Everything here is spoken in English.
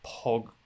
pog